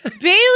Bailey